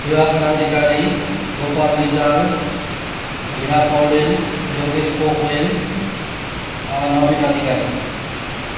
Diwakar Adhikari Gopal Rijal Hira Poudyal Yogesh Pokharel Navin Adhikari